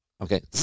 Okay